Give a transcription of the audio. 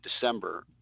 December